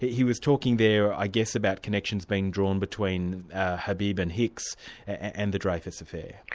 he was talking there i guess about connections being drawn between habib and hicks and the dreyfus affair.